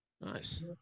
Nice